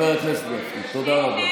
ברית האחים, זה האמת.